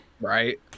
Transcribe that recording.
Right